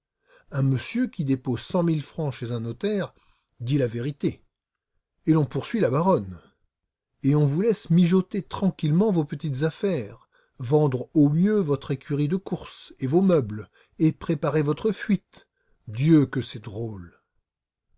un monsieur qui dépose cent mille francs chez un notaire dit la vérité et l'on poursuit la baronne et on vous laisse mijoter tranquillement vos petites affaires vendre au mieux votre écurie de courses et vos meubles et préparer votre fuite dieu que c'est drôle